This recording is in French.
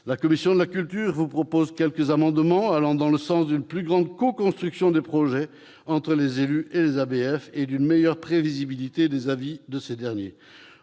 La commission de la culture vous proposera quelques amendements allant dans le sens d'une plus grande coconstruction des projets entre les élus et les ABF et d'une meilleure prévisibilité des avis de ces derniers.